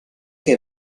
che